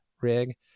rig